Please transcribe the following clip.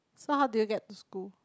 so how do you get to school